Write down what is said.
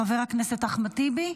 חבר הכנסת אחמד טיבי,